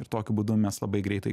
ir tokiu būdu mes labai greitai